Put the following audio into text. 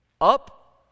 Up